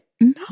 No